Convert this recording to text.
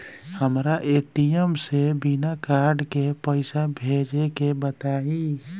हमरा ए.टी.एम से बिना कार्ड के पईसा भेजे के बताई?